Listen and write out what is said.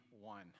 one